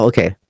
Okay